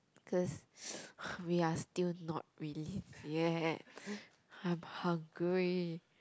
cause we're still not released yet I'm hungry